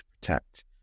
protect